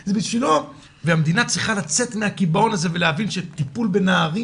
המדינה צריכה לצאת מהקיבעון הזה ולהבין שטיפול בנערים,